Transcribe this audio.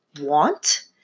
want